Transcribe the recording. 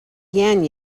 yan